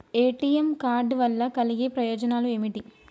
ATM card వల్ల కలిగే ప్రయోజనాలు ఏమిటి?